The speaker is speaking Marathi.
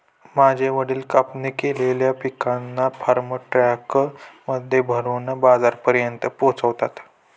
माझे वडील कापणी केलेल्या पिकांना फार्म ट्रक मध्ये भरून बाजारापर्यंत पोहोचवता